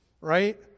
Right